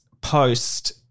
post